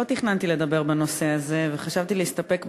לא תכננתי לדבר בנושא הזה וחשבתי להסתפק בדברים,